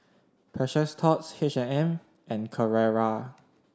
Precious Thots H and M and Carrera